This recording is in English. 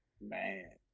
man